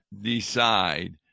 decide